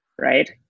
right